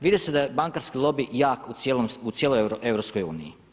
Vidi se da je bankarski lobi jak u cijeloj EU.